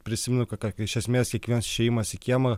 prisimenu ką iš esmės kiekvienas išėjimas į kiemą